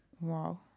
Wow